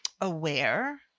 aware